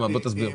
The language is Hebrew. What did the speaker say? תסביר.